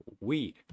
weed